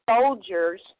soldiers